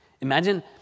Imagine